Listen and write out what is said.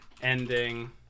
Ending